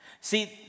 See